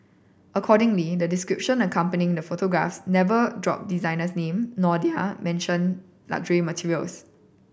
accordingly the description accompanying the photographs never drop designers name nor they are mention luxury materials